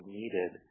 needed